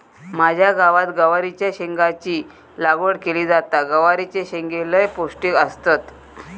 माझ्या गावात गवारीच्या शेंगाची लागवड केली जाता, गवारीचे शेंगो लय पौष्टिक असतत